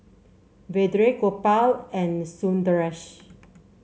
Vedre Gopal and Sundaresh